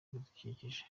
bidukikije